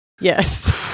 yes